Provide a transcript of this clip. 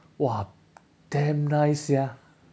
!wah! damn nice sia